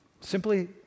Simply